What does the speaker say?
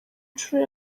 nshuro